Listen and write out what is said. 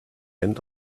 end